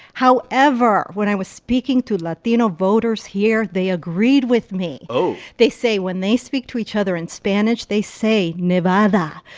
however, when i was speaking to latino voters here, they agreed with me oh they say when they speak to each other in spanish, they say nevada.